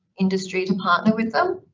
industry to partner with them.